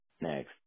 next